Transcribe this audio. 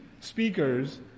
speakers